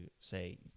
say